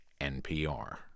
NPR